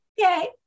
okay